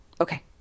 okay